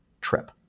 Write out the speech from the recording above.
trip